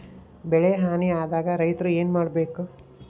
ಬೆಳಿ ಹಾನಿ ಆದಾಗ ರೈತ್ರ ಏನ್ ಮಾಡ್ಬೇಕ್?